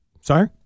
Sorry